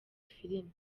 filime